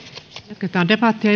jatketaan debattia